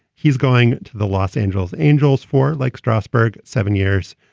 he's going to the los angeles angels for like strasburg seven years,